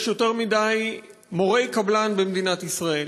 יש יותר מדי מורי קבלן במדינת ישראל.